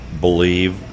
believe